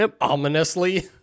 ominously